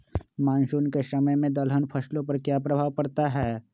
Monsoon के समय में दलहन फसलो पर क्या प्रभाव पड़ता हैँ?